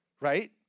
Right